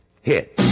hit